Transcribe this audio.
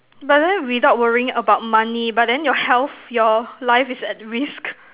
but then without worrying about money but then your health your life is at risk